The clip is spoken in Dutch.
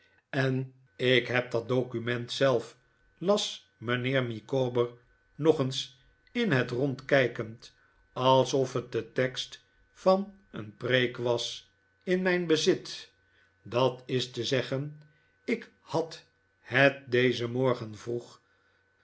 en ik heb dat document zelf las mijnheer micawber nog eens in het rond kijkend alsof het de tekst van een preek was in mijn bezit dat is te zeggen ik'had het dezen morgen vroeg